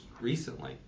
recently